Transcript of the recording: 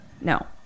No